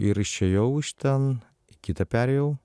ir išėjau iš ten į kitą perėjau